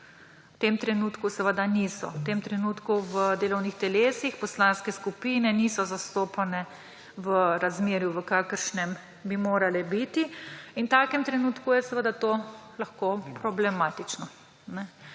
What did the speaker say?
V tem trenutku seveda niso. V tem trenutku v delovnih telesih poslanske skupine niso zastopane v razmerju, v kakršnem bi morale biti. In v takem primeru je seveda to lahko problematično.